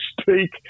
speak